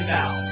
now